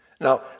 Now